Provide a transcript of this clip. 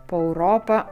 po europą